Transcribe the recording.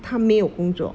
他没有工作